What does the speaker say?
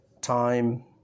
time